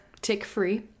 tick-free